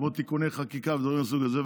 כמו תיקוני חקיקה ודברים מהסוג הזה,